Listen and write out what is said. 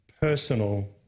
personal